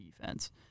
defense